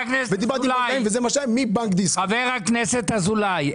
דיברתי עם כל הבנקים.